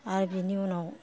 आरो बिनि उनाव